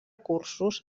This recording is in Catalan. cursos